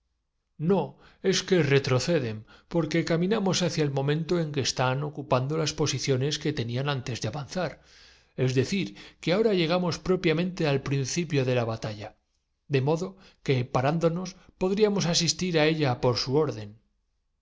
no es que retroceden porque caminamos hacia caballo con su estado mayor dando órdenes al coman el momento en que están ocupando las posiciones que dante ruiz dana y teniendo á su lado al coronel jovetenían antes de avanzar es decir que ahora llegamos llar y al jefe del estado mayor general garcía detrás propiamente al principio de la batalla de modo que las baterías españolas cañonean los reductos en el parándonos podríamos asistir á ella por su orden